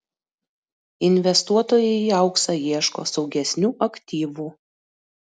investuotojai į auksą ieško saugesnių aktyvų